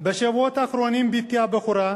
בשבועות האחרונים בתי הבכורה,